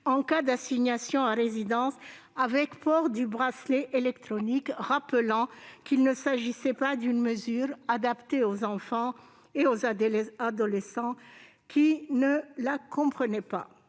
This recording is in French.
en cas d'assignation à résidence, avec port du bracelet électronique, rappelant qu'il ne s'agissait pas d'une mesure adaptée aux enfants et aux adolescents, qui ne la comprennent pas.